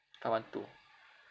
five one two